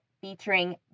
featuring